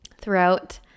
throughout